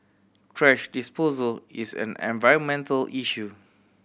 thrash disposal is an environmental issue